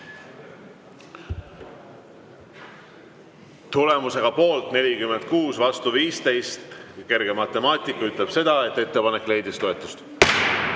Tulemus on poolt 46 ja vastu 15. Kerge matemaatiline tehe ütleb seda, et ettepanek leidis toetust.